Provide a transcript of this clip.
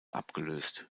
abgelöst